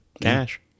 Cash